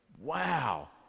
Wow